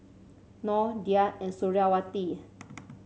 Noh Dhia and Suriawati